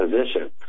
position